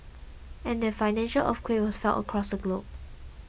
and that financial earthquake was felt across the globe